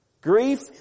Grief